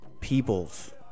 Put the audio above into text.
peoples